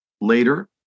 later